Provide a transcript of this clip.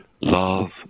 Love